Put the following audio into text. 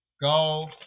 go